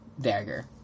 dagger